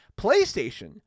playstation